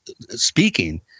speaking